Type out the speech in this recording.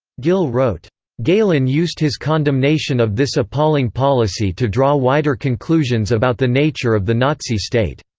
gill wrote galen used his condemnation of this appalling policy to draw wider conclusions about the nature of the nazi state.